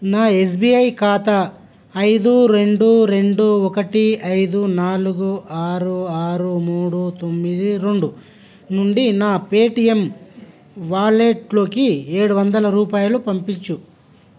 నా ఎస్బిఐ ఖాతా ఐదు రెండు రెండు ఒకటి ఐదు నాలుగు ఆరు ఆరు మూడు తొమ్మిది రెండు నుండి నా పేటిఎమ్ వాలెట్లోకి ఏడువందల రూపాయలు